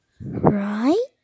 Right